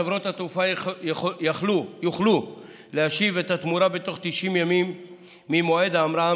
חברות התעופה יוכלו להשיב את התמורה תוך 90 ימים ממועד ההמראה